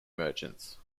merchants